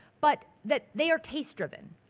but that they are taste driven.